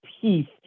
peace